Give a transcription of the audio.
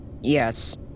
Yes